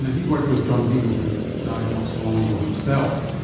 he worked with john deeble who died not so long ago himself.